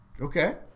Okay